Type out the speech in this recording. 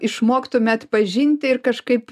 išmoktume atpažinti ir kažkaip